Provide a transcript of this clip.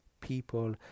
people